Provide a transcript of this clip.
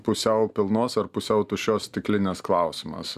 pusiau pilnos ar pusiau tuščios stiklinės klausimas